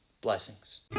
Blessings